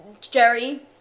Jerry